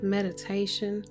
Meditation